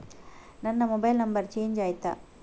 ನನ್ನ mobile number change ಆಯ್ತಾ?